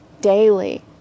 daily